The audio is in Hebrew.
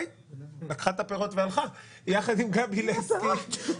יחד עם גבי לסקי.